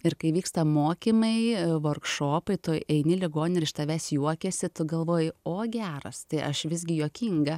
ir kai vyksta mokymai vorkšopai tu eini į ligoninę ir iš tavęs juokiasi tu galvoji o geras tai aš visgi juokinga